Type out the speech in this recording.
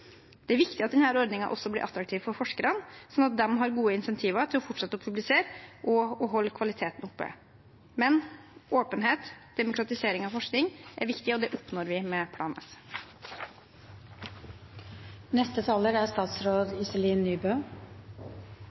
Det er viktig at denne ordningen også blir attraktiv for forskerne, slik at de har gode incentiver til å fortsette å publisere og holde kvaliteten oppe. Åpenhet, demokratisering av forskning, er viktig, og det oppnår vi med Plan S. Åpenhet om resultater er